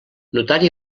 notari